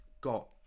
got